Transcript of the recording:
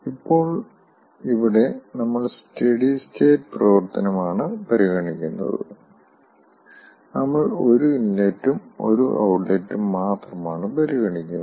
ഇപ്പോൾ ഇവിടെ നമ്മൾ സ്റ്റെടി സ്റ്റേറ്റ് പ്രവർത്തനം ആണ് പരിഗണിക്കുന്നത് നമ്മൾ ഒരു ഇൻലെറ്റും ഒരു ഔട്ട്ലെറ്റും മാത്രമാണ് പരിഗണിക്കുന്നത്